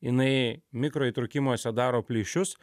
jinai mikro įtrūkimuose daro plyšius